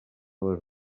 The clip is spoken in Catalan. les